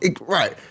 Right